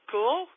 Cool